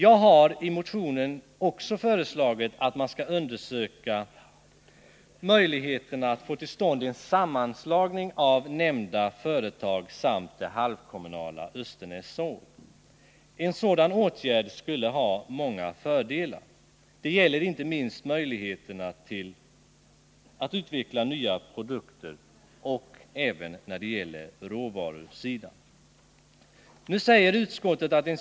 Jag har i motionen också föreslagit att man skall undersöka möjligheterna att få till stånd en sammanslagning av nämnda företag med det halvkommunala Östernäs Såg. En sådan åtgärd skulle ha många fördelar. Det gäller inte minst råvarusidan och möjligheterna att utveckla nya produkter. Nu säger utskottet att en att ta initiativ till.